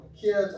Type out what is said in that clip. kids